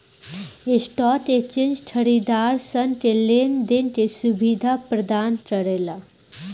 stock exchange खरीदारसन के लेन देन के सुबिधा परदान करेला